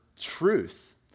truth